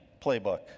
playbook